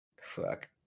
Fuck